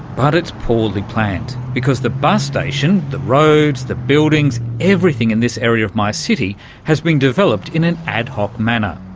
but it's poorly planned, because the bus station, the roads, the buildings, everything in this area of my city has been developed in an ad-hoc manner.